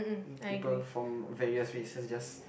people from various races just